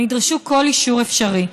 הם ידרשו כל אישור אפשרי.